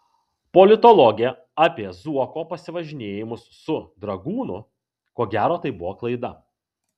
politologė apie zuoko pasivažinėjimus su dragūnu ko gero tai buvo klaida